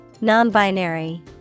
Non-binary